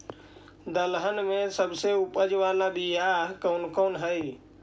दलहन में सबसे उपज बाला बियाह कौन कौन हइ?